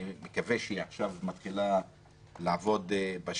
אני מקווה שעכשיו היא מתחילה לעבוד בשטח.